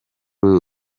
uru